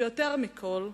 ויותר מכול,